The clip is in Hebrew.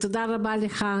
תודה רבה לך,